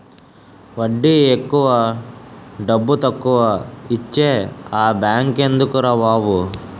వడ్డీ ఎక్కువ డబ్బుతక్కువా ఇచ్చే ఆ బేంకెందుకురా బాబు